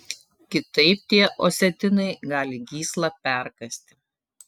kitaip tie osetinai gali gyslą perkąsti